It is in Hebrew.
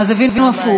אז הבינו הפוך.